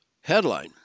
headline